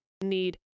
need